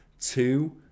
two